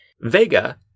Vega